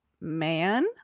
man